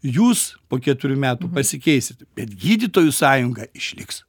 jūs po keturių metų pasikeisit bet gydytojų sąjunga išliks